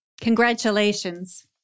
Congratulations